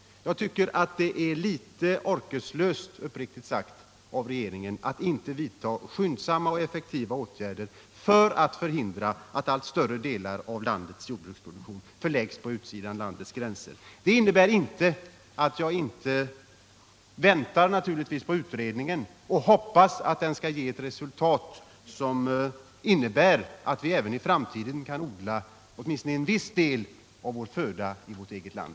Jag tycker, uppriktigt sagt, att det är litet orkeslöst av regeringen att inte vidta skyndsamma och effektiva åtgärder för att förhindra att allt större delar av landets jordbruksproduktion förläggs utanför våra gränser. Det betyder inteattjag inte väntar på den nämnda utredningen och hoppas att den skall ge resultat som innebär att vi även i framtiden kan odla åtminstone en del av vår föda i vårt eget land.